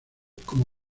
como